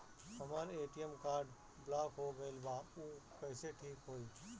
हमर ATM card block हो गईल बा ऊ कईसे ठिक होई?